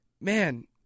man